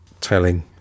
telling